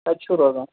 کَتہِ چھُو روزان